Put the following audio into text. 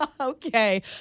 Okay